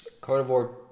carnivore